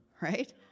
right